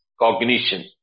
cognition